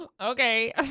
Okay